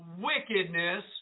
wickedness